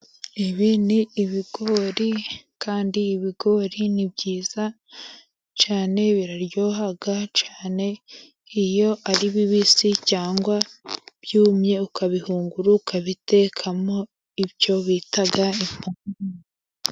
Ibi ni ibigori kandi ibigori nibyiza cyane biraryoha cyane iyo ari bibisi cyangwa byumye ukabihungura, ukabitekamo ibyo bita impungure.